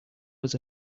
was